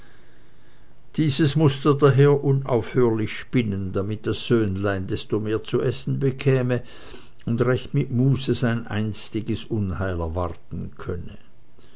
dieses mußte daher unaufhörlich spinnen damit das söhnlein desto mehr zu essen bekäme und recht mit muße sein einstiges unheil erwarten könne